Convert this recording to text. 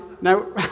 now